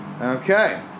Okay